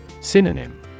Synonym